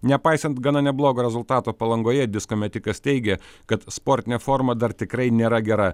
nepaisant gana neblogo rezultato palangoje disko metikas teigė kad sportinė forma dar tikrai nėra gera